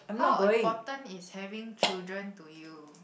how important is having children to you